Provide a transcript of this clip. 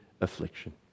affliction